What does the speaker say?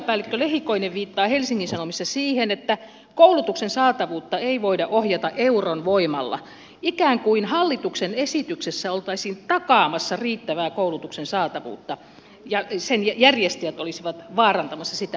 kansliapäällikkö lehikoinen viittaa helsingin sanomissa siihen että koulutuksen saatavuutta ei voida ohjata euron voimalla ikään kuin hallituksen esityksessä oltaisiin takaamassa riittävää koulutuksen saatavuutta ja sen järjestäjät olisivat vaarantamassa sitä